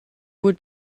would